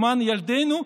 למען ילדינו,